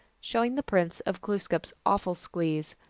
showing the prints of glooskap s awful squeeze.